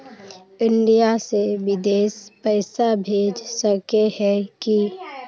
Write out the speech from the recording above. India से बिदेश पैसा भेज सके है की?